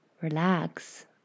relax